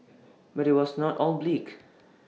but IT was not all bleak